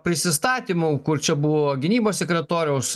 prisistatymų kur čia buvo gynybos sekretoriaus